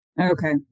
Okay